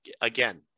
again